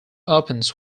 opens